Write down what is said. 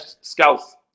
scouts